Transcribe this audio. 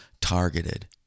targeted